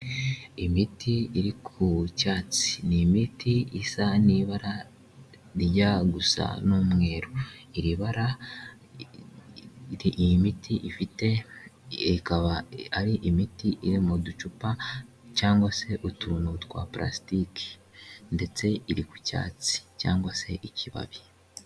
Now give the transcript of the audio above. Imiti iri ku cyatsi, ni imiti isa n'ibara rijya gusa n'umweru, iyi miti, ifite ikaba ari imiti iri mu ducupa, cyangwa se utuntu twa purasitiki, ndetse iri ku cyatsi, cyangwa se ikibabi.